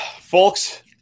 Folks